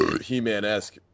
he-man-esque